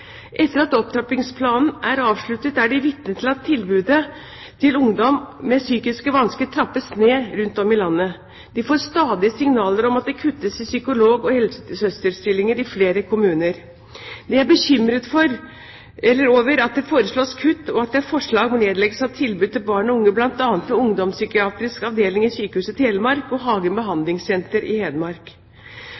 Etter at opptrappingsplanen er avsluttet, er de vitne til at tilbudet til ungdom med psykiske vansker trappes ned rundt om i landet. De får stadig signaler om at det kuttes i psykolog- og helsesøsterstillinger i flere kommuner. De er bekymret over at det foreslås kutt, og at det er forslag om nedleggelse av tilbud til barn og unge, bl.a. ved ungdomspsykiatrisk avdeling ved Sykehuset Telemark og